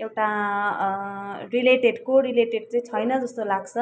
एउटा related correlated चाहिँ छैन जस्तो लाग्छ